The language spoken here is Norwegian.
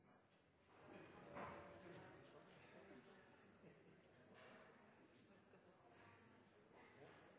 Norge skal ta